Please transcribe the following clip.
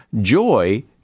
Joy